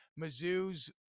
Mizzou's